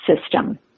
system